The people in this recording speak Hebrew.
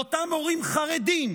לאותם הורים חרדים,